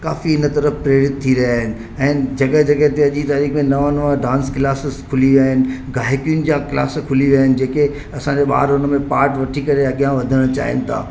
काफ़ी उन तर्फ़ु प्रेरित थी रहिया आहिनि ऐं जॻहि जॻहि ते अॼ जी तारीख़ ते नवा नवा डांस क्लासिस खुली विया आहिनि गाइकियुनि जा क्लास खुली विया आहिनि जेके असांजो ॿार उन में पार्ट वठी करे अॻियां वधण चाहिनि था